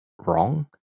wrong